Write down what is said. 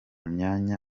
myanya